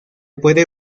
puede